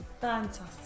Fantastic